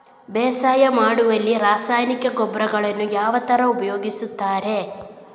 ಬೇಸಾಯ ಮಾಡುವಲ್ಲಿ ರಾಸಾಯನಿಕ ಗೊಬ್ಬರಗಳನ್ನು ಯಾವ ತರ ಉಪಯೋಗಿಸುತ್ತಾರೆ?